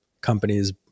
companies